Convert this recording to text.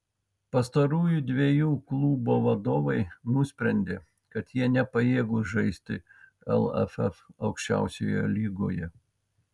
pastarųjų dviejų klubo vadovai nusprendė kad jie nepajėgūs žaisti lff aukščiausioje lygoje